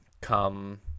come